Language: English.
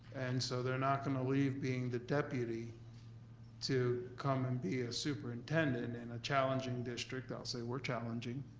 and so they're not gonna leave being the deputy to come and be a superintendent in a challenging district, i'll say we're challenging,